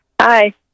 hi